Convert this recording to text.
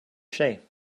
sig